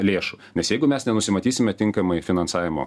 lėšų nes jeigu mes nenumatysime tinkamai finansavimo